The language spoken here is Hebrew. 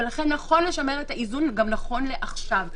ולכן נכון לשמר את האיזון גם נכון לעכשיו.